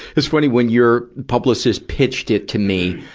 it's funny, when your publicist pitched it to me,